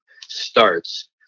starts